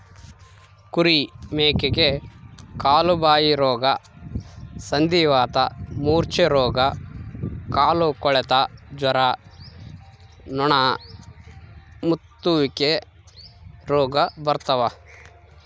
ಕುರಿ ಮೇಕೆಗೆ ಕಾಲುಬಾಯಿರೋಗ ಸಂಧಿವಾತ ಮೂರ್ಛೆರೋಗ ಕಾಲುಕೊಳೆತ ಜ್ವರ ನೊಣಮುತ್ತುವಿಕೆ ರೋಗ ಬರ್ತಾವ